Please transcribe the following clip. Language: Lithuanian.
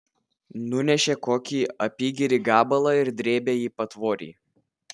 nunešė tokį apygerį gabalą ir drėbė į patvorį